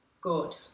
good